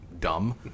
dumb